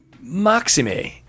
maxime